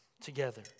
together